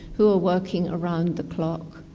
who are working around the clock.